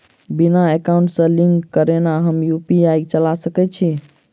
बिना एकाउंट सँ लिंक करौने हम यु.पी.आई चला सकैत छी?